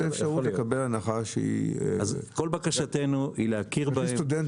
כל בקשתנו, להכיר בהם